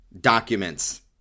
documents